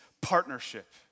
partnership